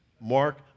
Mark